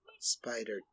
Spider